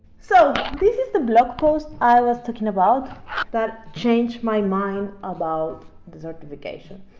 so this is the blog post. i was talking about that change my mind about the certification.